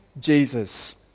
Jesus